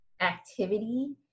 activity